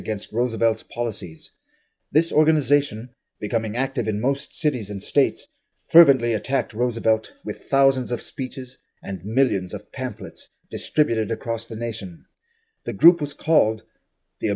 against roosevelt's policies this organization becoming active in most cities and states fervently attacked roosevelt with thousands of speeches and millions of pamphlets distributed across the nation the group was called the